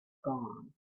gone